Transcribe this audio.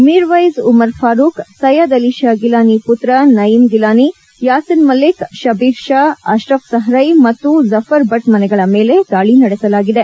ಮಿರ್ವೈಝ್ ಉಮರ್ ಫಾರೂಕ್ ಸೈಯದ್ ಅಲಿ ಷಾ ಗಿಲಾನಿ ಪುತ್ರ ನೈಯಿಮ್ ಗಿಲಾನಿ ಯಾಸಿನ್ ಮಲ್ಲಿಕ್ ಶಬೀರ್ ಷಾ ಅಶ್ರಫ್ ಸಹರೈ ಮತ್ತು ಜಫರ್ ಭಟ್ ಮನೆಗಳ ಮೇಲೆ ದಾಳಿ ನಡೆಸಲಾಗಿದೆ